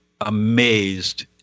amazed